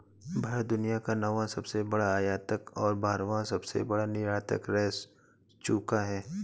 भारत दुनिया का नौवां सबसे बड़ा आयातक और बारहवां सबसे बड़ा निर्यातक रह चूका है